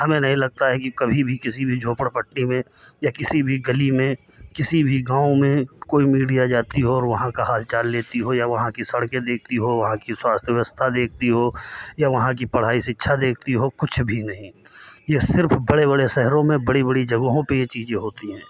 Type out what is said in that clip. हमें नहीं लगता है कि कभी भी किसी भी झोंपड़पट्टी में या किसी भी गली में किसी भी गाँव में कोई मीडिया जाती है और वहाँ का हालचाल लेती हो या वहाँ की सड़कें देखती हो कि स्व्यवास्वथ्स्थाय देखती हो या वहाँ की पढ़ाई शिक्षा देखती हो कुछ भी नहीं ये सिर्फ बड़े बड़े शहरों में बड़ी बड़ी जगहों में चीज़ें होती हैं